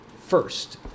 first